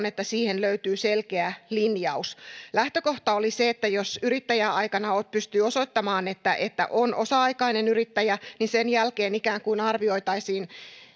että siihen löytyy selkeä linjaus lähtökohta oli se että jos yrittäjäaikana pystyy osoittamaan että että on osa aikainen yrittäjä sen jälkeen ikään kuin arvioitaisiin